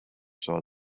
saw